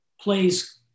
plays